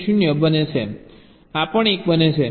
આ પણ 1 બને છે